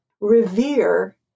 revere